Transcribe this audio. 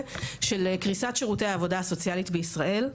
של קריסת שירותי העבודה הסוציאלית בישראל.